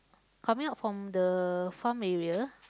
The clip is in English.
coming out from the farm area